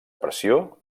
pressió